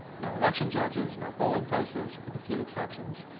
no election judges. no polling places with a few exceptions.